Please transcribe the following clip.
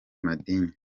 madini